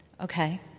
Okay